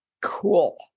Cool